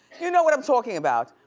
you know what i'm talking about.